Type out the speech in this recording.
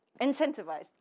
incentivized